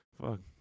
fuck